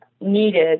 needed